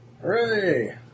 Hooray